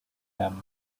them